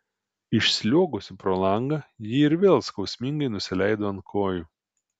išsliuogusi pro langą ji ir vėl skausmingai nusileido ant kojų